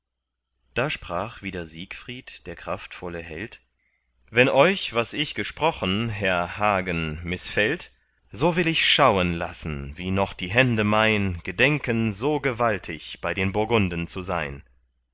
da sprach wieder siegfried der kraftvolle held wenn euch was ich gesprochen herr hagen mißfällt so will ich schauen lassen wie noch die hände mein gedenken so gewaltig bei den burgunden zu sein